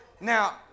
Now